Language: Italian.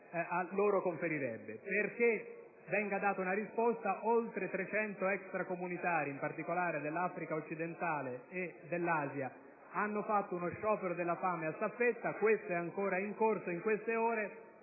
loro conferirebbe. Perché venga data una risposta oltre 300 extracomunitari, in particolare dell'Africa occidentale e dell'Asia, hanno avviato uno sciopero della fame a staffetta che è ancora in corso in queste ore.